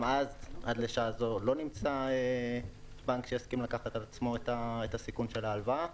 עד לשעה זו לא נמצא בנק שהסכים לקחת על עצמו את הסיכון של ההלוואה.